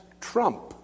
trump